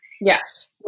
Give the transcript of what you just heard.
Yes